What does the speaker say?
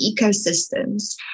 ecosystems